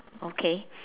okay